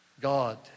God